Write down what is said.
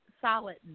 solid